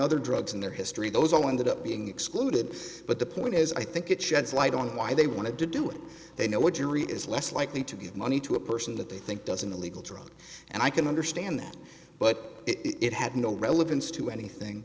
other drugs in their history those on that up being excluded but the point is i think it sheds light on why they wanted to do it they know what jury is less likely to give money to a person that they think doesn't illegal drugs and i can understand that but it had no relevance to anything